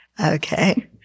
Okay